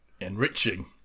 enriching